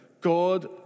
God